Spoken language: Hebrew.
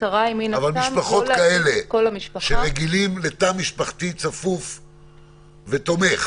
אבל משפחות כאלה, שרגילים לתא משפחתי צפוף ותומך,